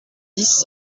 dix